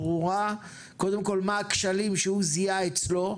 ברורה עם קודם כל מה הכשלים שהוא זיהה אצלו,